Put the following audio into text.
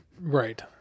Right